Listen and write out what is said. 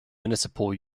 municipal